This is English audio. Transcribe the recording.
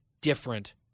different